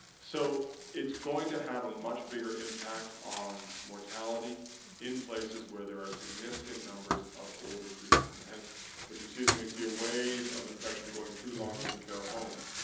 so it's going to have a much bigger impact on mortality in places where there are significant numbers of older people and hence what you see, when you see a wave of infection going through long-term care homes,